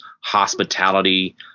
hospitality